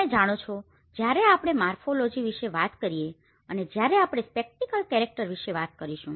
તમે જાણો છો જ્યારે આપણે મોર્ફોલોજી વિશે વાત કરીએ અને જ્યારે આપણે સ્પેટીકલ કેરેક્ટર વિશે વાત કરીશું